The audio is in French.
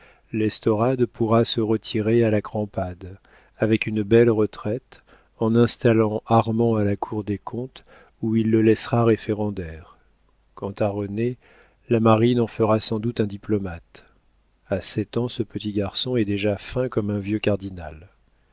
l'estorade pourra se retirer à la crampade avec une belle retraite en installant armand à la cour des comptes où il le laissera référendaire quant à rené la marine en fera sans doute un diplomate a sept ans ce petit garçon est déjà fin comme un vieux cardinal